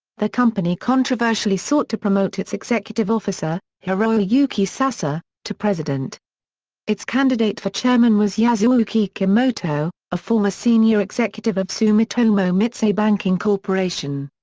the company controversially sought to promote its executive officer, hiroyuki sasa, to president its candidate for chairman was yasuyuki kimoto, a former senior executive of sumitomo mitsui banking corp.